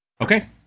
Okay